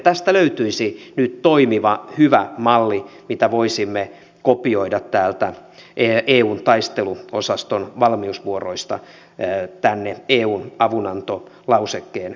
tästä löytyisi nyt toimiva hyvä malli mitä voisimme kopioida eun taisteluosaston valmiusvuoroista tänne eun avunantolausekkeen käyttöön